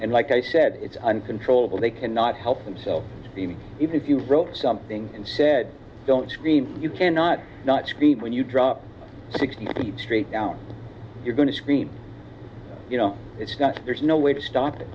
and like i said it's uncontrollable they cannot help themselves if you wrote something and said don't scream you cannot not scream when you drop sixty feet straight down you're going to scream you know it's not there's no way to st